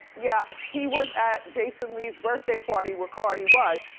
yeah, he was at jason lee's birthday party where cardi was.